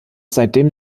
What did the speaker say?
seitdem